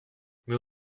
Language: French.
mais